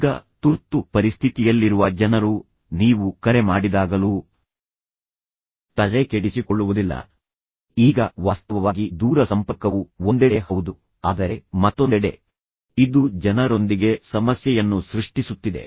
ಈಗ ತುರ್ತು ಪರಿಸ್ಥಿತಿಯಲ್ಲಿರುವ ಜನರು ನೀವು ಕರೆ ಮಾಡಿದಾಗಲೂ ತಲೆಕೆಡಿಸಿಕೊಳ್ಳುವುದಿಲ್ಲ ಈಗ ವಾಸ್ತವವಾಗಿ ದೂರ ಸಂಪರ್ಕವು ಒಂದೆಡೆ ಹೌದು ಆದರೆ ಮತ್ತೊಂದೆಡೆ ಇದು ಜನರೊಂದಿಗೆ ಸಮಸ್ಯೆಯನ್ನು ಸೃಷ್ಟಿಸುತ್ತಿದೆ